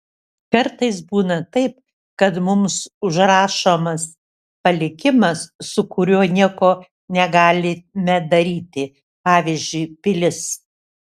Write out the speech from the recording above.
kartais būna taip kad mums užrašomas palikimas su kuriuo nieko negalime daryti pavyzdžiui pilis